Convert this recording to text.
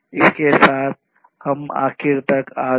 इसके साथ हम आखिरी तक आ गए